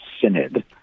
synod